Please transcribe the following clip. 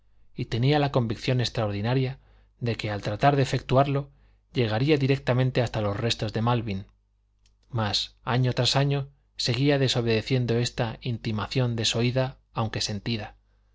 y tenía la convicción extraordinaria de que al tratar de efectuarlo llegaría directamente hasta los restos de malvin mas año tras año seguía desobedeciendo esta intimación desoída aunque sentida